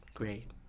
Great